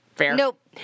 Nope